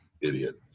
Idiot